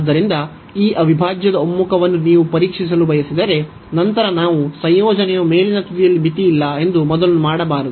ಆದ್ದರಿಂದ ಈ ಅವಿಭಾಜ್ಯದ ಒಮ್ಮುಖವನ್ನು ನೀವು ಪರೀಕ್ಷಿಸಲು ಬಯಸಿದರೆ ಸಂಯೋಜನೆಯು ಮೇಲಿನ ತುದಿಯಲ್ಲಿ ಮಿತಿಯಿರಬಾರದು